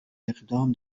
اقدام